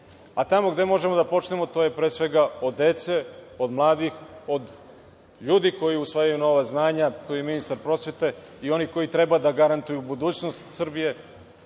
Tamo gde možemo da počnemo je pre svega od dece, od mladih, od ljudi koji usvajaju nova znanja, a tu je i ministar prosvete i onih koji treba da garantuju budućnost Srbije,